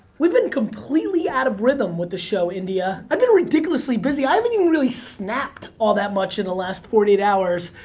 we've been completely out of rhythm with the show, india. i've been ridiculously busy. i haven't even snapped all that much in the last forty eight hours.